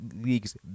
league's